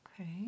okay